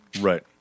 right